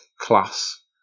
class